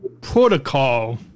protocol